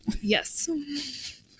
Yes